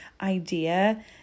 idea